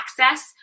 access